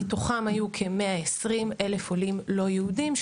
מתוכם היו כ-120,000 עולים לא יהודים,